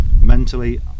Mentally